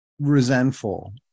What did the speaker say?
resentful